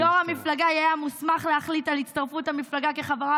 "יו"ר המפלגה יהיה המוסמך להחליט על הצטרפות המפלגה כחברה